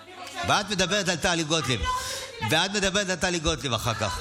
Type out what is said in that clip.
ואת מדברת על טלי גוטליב אחר כך.